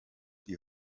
die